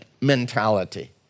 mentality